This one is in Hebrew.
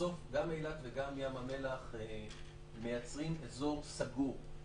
בסוף גם אילת וגם ים המלח מייצרים אזור סגור.